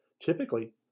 Typically